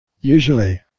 usually